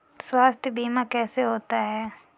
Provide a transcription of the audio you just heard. स्वास्थ्य बीमा कैसे होता है?